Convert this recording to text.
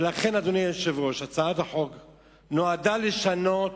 ולכן, אדוני היושב-ראש, הצעת החוק נועדה לשנות